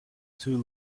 too